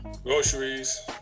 Groceries